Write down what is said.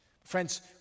Friends